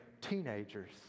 teenagers